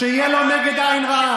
שיהיה לו נגד עין רעה.